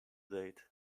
date